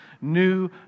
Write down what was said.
new